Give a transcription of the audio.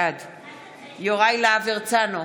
בעד יוראי להב הרצנו,